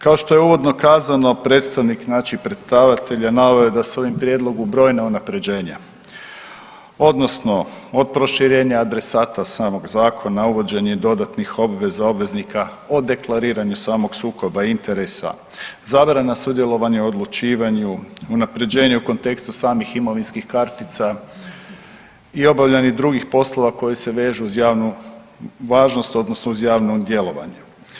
Kao što je uvodno kazano predstavnik znači predlagatelja naveo je da su u ovom prijedlogu brojna unapređenja odnosno od proširenja adresata samog Zakona, uvođenja i dodatnih obveza obveznika, o deklariranju samog sukoba interesa, zabrana sudjelovanja i odlučivanja, unapređenje u kontekstu samih imovinskih kartica i obavljanje drugih poslova koji se vežu uz javnu važnost odnosno uz javno djelovanje.